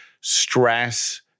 stress